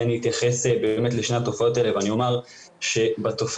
אני אתייחס לשתי התופעות האלה ואומר שבתופעה